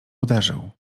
uderzył